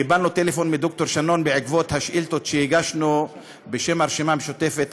קיבלנו טלפון מד"ר שנון בעקבות השאילתות שהגשנו בשם הרשימה המשותפת,